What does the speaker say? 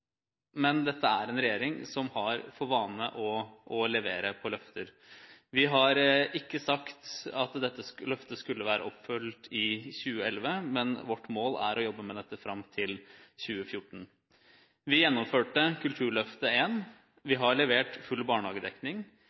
men dette er en regjering som har for vane å levere på løfter. Vi har ikke sagt at dette løftet skulle vært oppfylt i 2011. Vårt mål er å jobbe med dette fram til 2014. Vi gjennomførte Kulturløftet I, vi har levert full barnehagedekning,